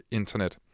internet